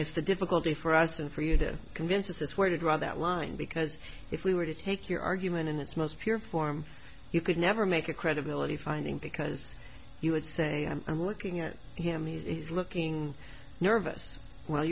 it's the difficulty for us and for you to convince us of where to draw that line because if we were to take your argument in its most pure form you could never make a credibility finding because you would say i'm looking at him he's looking nervous w